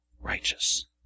righteous